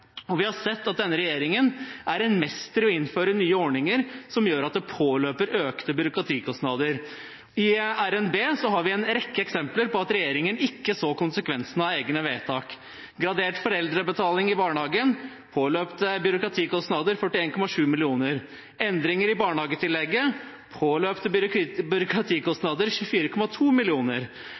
Og vi har sett at denne regjeringen er en mester i å innføre nye ordninger som gjør at det påløper økte byråkratikostnader. I RNB har vi en rekke eksempler på at regjeringen ikke så konsekvensene av egne vedtak: gradert foreldrebetaling i barnehagen, påløpte byråkratikostnader 41,7 mill. kr endringer i barnehagetillegget, påløpte